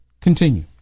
Continue